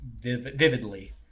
vividly